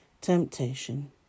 temptation